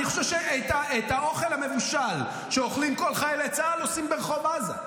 אני חושב שאת האוכל המבושל שאוכלים כל חיילי צה"ל עושים ברחוב עזה.